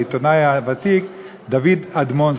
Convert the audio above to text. העיתונאי הוותיק דוד אדמון,